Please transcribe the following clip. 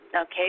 okay